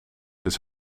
dus